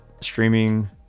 streaming